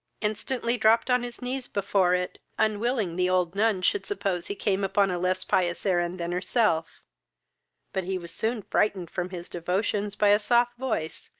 instantly dropped on his knees before it, unwilling the old nun should suppose he came upon a less pious errand than herself but he was soon frightened from his devotions by a soft voice,